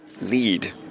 Lead